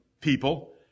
people